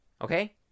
okay